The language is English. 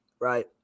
Right